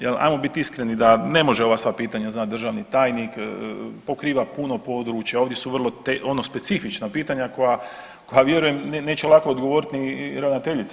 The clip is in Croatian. Jel ajmo bit iskreni, da ne može ova sva pitanja znati državni tajnik, pokriva puno područja ovdje su vrlo specifična pitanja koja vjerujem da neće lako odgovorit ni ravnateljica.